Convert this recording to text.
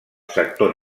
sector